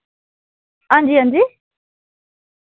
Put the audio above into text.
हां जी हां जी